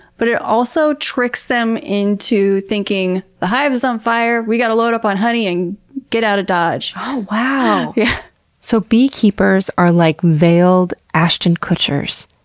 but it also tricks them into thinking the hives on fire, we've got to load up on honey and get out of dodge. oh wow! yeah so, beekeepers are like veiled ashton kutchers,